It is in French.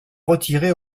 retiré